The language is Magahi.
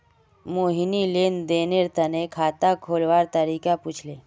मोहिनी लेन देनेर तने खाता खोलवार तरीका पूछले